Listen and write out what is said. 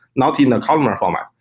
not in a columnar format.